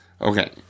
Okay